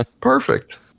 perfect